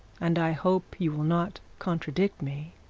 and i hope you will not contradict me.